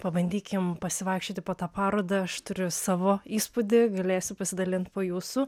pabandykim pasivaikščioti po tą parodą aš turiu savo įspūdį galėsiu pasidalint po jūsų